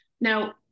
Now